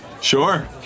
Sure